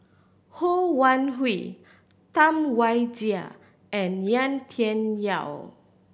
Ho Wan Hui Tam Wai Jia and Yau Tian Yau